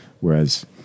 Whereas